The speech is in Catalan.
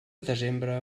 desembre